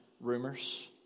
rumors